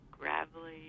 gravelly